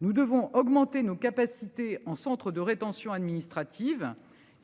Nous devons augmenter nos capacités en centre de rétention administrative